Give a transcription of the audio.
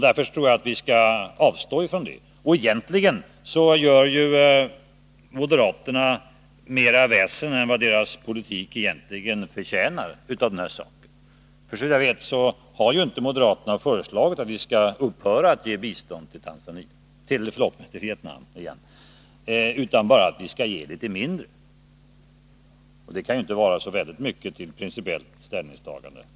Därför tror jag att vi skall avstå från detta. Och egentligen gör moderaterna mer väsen av den här saken än vad deras politik egentligen förtjänar. Såvitt jag vet har ju inte moderaterna föreslagit att vi skall upphöra med biståndet till Vietnam utan bara att vi skall ge litet mindre — och det kan trots allt inte vara så mycket till principiellt ställningstagande.